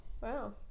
Wow